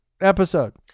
episode